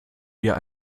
wir